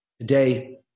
Today